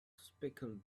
speckled